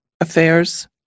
affairs